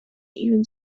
even